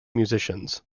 musicians